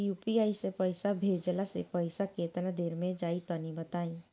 UPI से पईसा भेजलाऽ से पईसा केतना देर मे जाई तनि बताई?